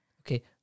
Okay